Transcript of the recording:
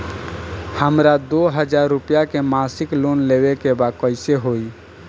हमरा दो हज़ार रुपया के मासिक लोन लेवे के बा कइसे होई?